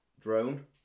drone